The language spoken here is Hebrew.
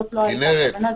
זאת לא הייתה הכוונה,